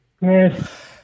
Yes